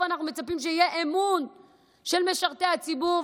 אנחנו מצפים שיהיה אמון של משרתי הציבור,